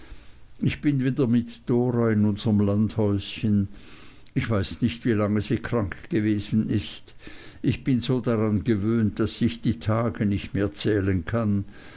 ich bin wieder mit dora in unserm landhäuschen ich weiß nicht wie lange sie krank gewesen ist ich bin so daran gewöhnt daß ich die tage nicht mehr zählen kann